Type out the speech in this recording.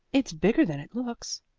it's bigger than it looks,